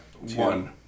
one